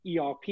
ERP